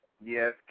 Yes